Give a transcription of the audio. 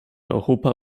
europa